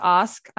ask